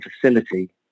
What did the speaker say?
facility